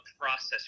process